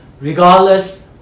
regardless